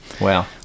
wow